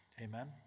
Amen